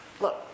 look